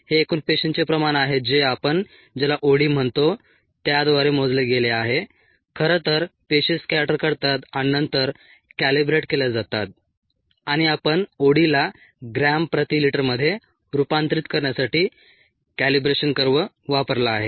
हे एकूण पेशींचे प्रमाण आहे जे आपण ज्याला ओडी म्हणतो त्याद्वारे मोजले गेले आहे खरतर पेशी स्कॅटर करतात आणि नंतर कॅलिब्रेट केल्या जातात आणि आपण ओडीला ग्रॅम प्रति लिटरमध्ये रूपांतरित करण्यासाठी कॅलिब्रेशन कर्व्ह वापरला आहे